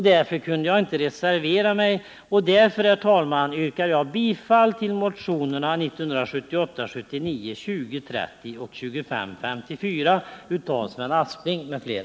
Därför kunde jag inte reservera mig, varför jag nu yrkar bifall till motionerna 2030 och 2554 av Sven Aspling m.fl.